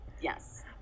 Yes